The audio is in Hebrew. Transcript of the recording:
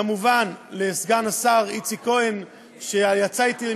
כמובן לסגן השר איציק כהן שיצא אתי,